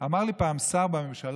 אמר לי פעם שר בממשלה